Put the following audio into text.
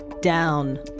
Down